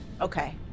Okay